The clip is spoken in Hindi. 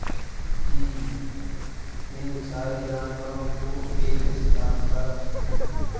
जी इन सारे जानवरों को एक स्थान पर